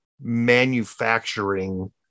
manufacturing